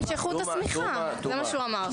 --- תמשכו את השמיכה, זה מה שהוא אמר.